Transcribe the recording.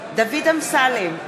אמסלם,